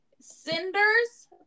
Cinder's